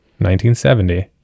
1970